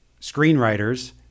screenwriters